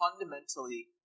fundamentally